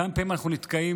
כמה פעמים אנחנו נתקעים?